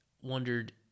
wondered